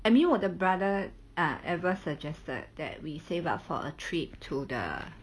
I mean 我的 brother err ever suggested that we save up for a trip to the